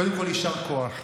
קודם כול, יישר כוח.